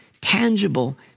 tangible